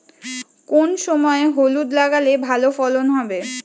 কোন সময় হলুদ লাগালে ভালো ফলন হবে?